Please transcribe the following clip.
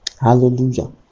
hallelujah